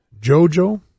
Jojo